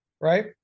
right